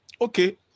Okay